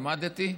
עמדתי?